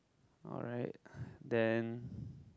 alright then